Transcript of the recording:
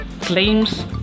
claims